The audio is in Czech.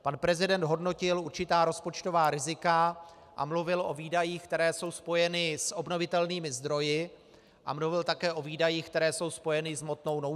Pan prezident hodnotil určitá rozpočtová rizika a mluvil o výdajích, které jsou spojeny s obnovitelnými zdroji, a mluvil také o výdajích, které jsou spojeny s hmotnou nouzí.